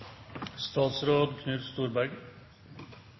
statsråd Storberget